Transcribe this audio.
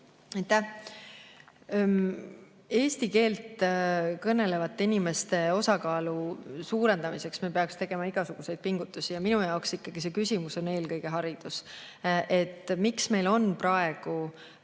Eesti keelt kõnelevate inimeste osakaalu suurendamiseks me peaksime tegema igasuguseid pingutusi. Minu jaoks on see küsimus ikkagi eelkõige hariduses. Miks meil on praegu